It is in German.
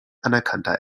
anerkannter